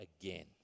again